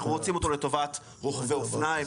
אנחנו רוצים אותו לטובת רוכבי אופניים,